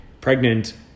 pregnant